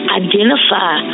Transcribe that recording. identify